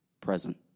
present